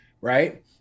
right